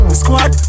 squad